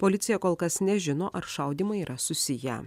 policija kol kas nežino ar šaudymai yra susiję